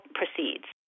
proceeds